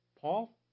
Paul